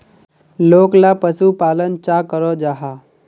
लोकला पशुपालन चाँ करो जाहा?